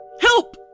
Help